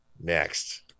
Next